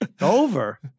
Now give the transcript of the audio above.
Over